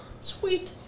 sweet